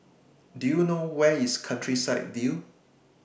Do YOU know Where IS Countryside View